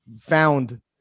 found